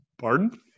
Pardon